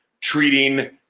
treating